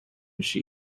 she